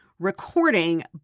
recording